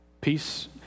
peace